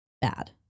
bad